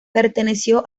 perteneció